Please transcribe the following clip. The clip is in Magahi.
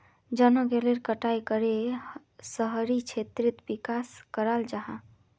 जनगलेर कटाई करे शहरी क्षेत्रेर विकास कराल जाहा